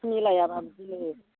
मिलायाबा बिदिनो